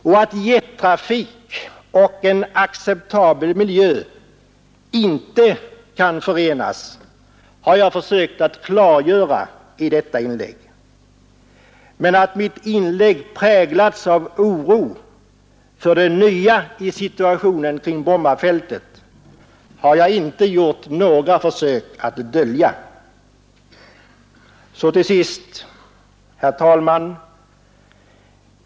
Och att jettrafik och en acceptabel miljö inte kan förenas har jag försökt att klargöra i detta inlägg. Men att mitt inlägg präglats av oro för det nya i situationen kring Brommafältet har jag inte gjort några försök att dölja. Så till sist, herr talman!